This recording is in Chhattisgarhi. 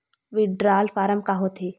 विड्राल फारम का होथे?